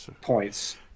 points